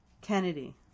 Kennedy